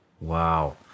Wow